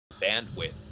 bandwidth